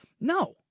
No